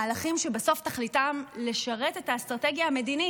מהלכים שבסוף תכליתם לשרת את האסטרטגיה המדינית.